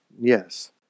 yes